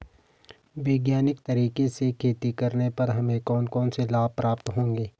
वैज्ञानिक तरीके से खेती करने पर हमें कौन कौन से लाभ प्राप्त होंगे?